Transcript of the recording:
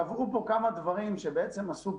קבעו כאן כמה דברים שגרמו לבעיות.